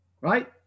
right